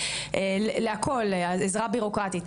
לעזרה בירוקרטית,